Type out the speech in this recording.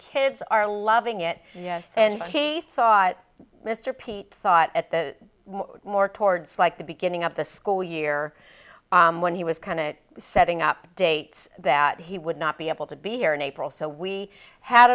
kids are loving it and he thought mr peet thought at that more towards like the beginning of the school year when he was kind of setting up dates that he would not be able to be here in april so we had